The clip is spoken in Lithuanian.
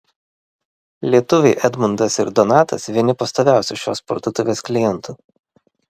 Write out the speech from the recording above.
lietuviai edmundas ir donatas vieni pastoviausių šios parduotuvės klientų